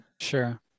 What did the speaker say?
Sure